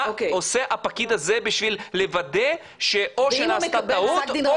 מה עושה הפקיד הזה בשביל לוודא שאו שנעשתה טעות או ש